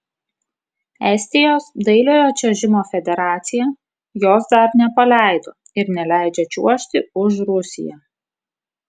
estijos dailiojo čiuožimo federacija jos dar nepaleido ir neleidžia čiuožti už rusiją